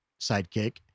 sidekick